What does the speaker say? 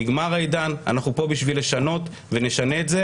נגמר העידן אנחנו פה בשביל לשנות ונשנה את זה